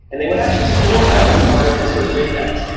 and they would actually store that as part of the search index,